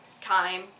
time